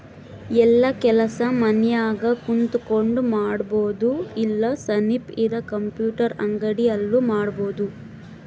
ಯೆಲ್ಲ ಕೆಲಸ ಮನ್ಯಾಗ ಕುಂತಕೊಂಡ್ ಮಾಡಬೊದು ಇಲ್ಲ ಸನಿಪ್ ಇರ ಕಂಪ್ಯೂಟರ್ ಅಂಗಡಿ ಅಲ್ಲು ಮಾಡ್ಬೋದು